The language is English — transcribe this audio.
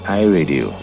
iRadio